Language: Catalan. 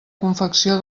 confecció